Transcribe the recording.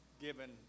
given